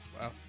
wow